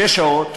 שש שעות,